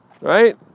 Right